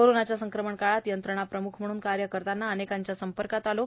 कोरोनाच्या संक्रमण काळात यंत्रणा प्रमुख म्हणून कार्य करताना अनेकांच्या संपर्कात आलो